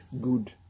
Good